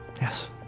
Yes